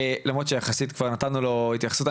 למרות שיחסית כבר נתנו לו התייחסות.